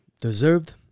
deserved